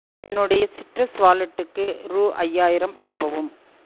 என்னுடைய சிட்ரஸ் வாலெட்டுக்கு ரூ ஐயாயிரம் அனுப்பவும்